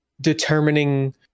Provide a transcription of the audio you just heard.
determining